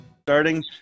starting